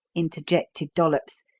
interjected dollops,